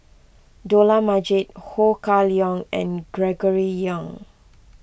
Dollah Majid Ho Kah Leong and Gregory Yong